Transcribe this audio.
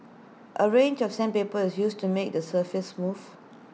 A range of sandpaper is used to make the surface smooth